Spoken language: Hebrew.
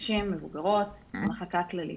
נשים מבוגרות במחלקה הכללית,